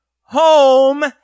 home